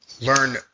learn